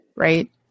right